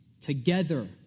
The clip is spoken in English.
together